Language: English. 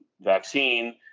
vaccine